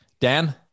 Dan